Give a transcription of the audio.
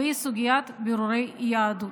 והיא סוגיית בירורי יהדות.